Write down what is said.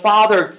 Father